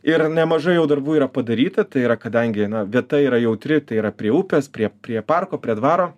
ir nemažai jau darbų yra padaryta tai yra kadangi na vieta yra jautri tai yra prie upės prie prie parko prie dvaro